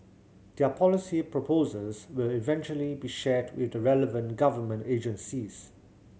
their policy proposals will eventually be shared with the relevant government agencies